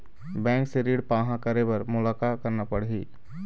Bank से ऋण पाहां करे बर मोला का करना पड़ही?